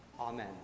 Amen